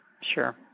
Sure